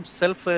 self